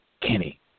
Kenny